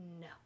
no